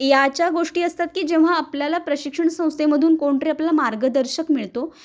याच्या गोष्टी असतात की जेव्हा आपल्याला प्रशिक्षण संस्थेमधून कोणतरी आपला मार्गदर्शक मिळतो